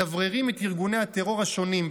מדבררים את ארגוני הטרור השונים,